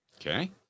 Okay